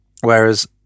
Whereas